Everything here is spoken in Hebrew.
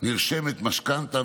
נרשמת משכנתה,